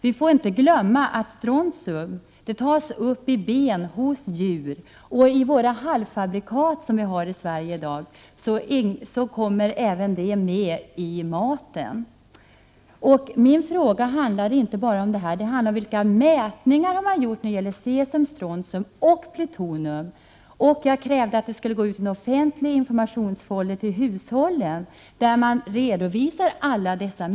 Vi får inte glömma att strontium tas upp i benen hos djur. I halvfabrikaten kommer även sådant material med i maten. Min fråga handlade inte bara om detta. Den handlade om vilka mätningar som har gjorts beträffande cesium, strontium och plutonium. Jag har krävt att en informationsfolder skall delas ut till hushållen, där alla dessa mätningar redovisas.